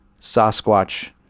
Sasquatch